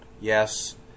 yes